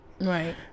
Right